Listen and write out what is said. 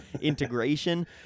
integration